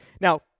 Now